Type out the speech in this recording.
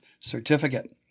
certificate